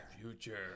future